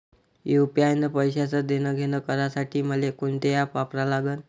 UPI न पैशाचं देणंघेणं करासाठी मले कोनते ॲप वापरा लागन?